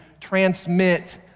transmit